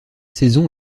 saison